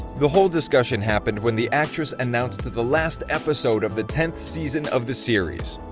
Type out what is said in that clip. the whole discussion happened when the actress announced the the last episode of the tenth season of the series!